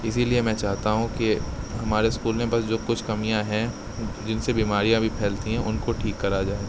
اسی لیے میں چاہتا ہوں کہ ہمارے اسکول میں بس جو کچھ کمیاں ہیں جن سے بیماریاں بھی پھیلتی ہیں ان کو ٹھیک کرا جائے